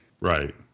Right